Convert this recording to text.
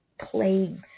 plagues